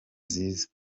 nziza